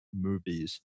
movies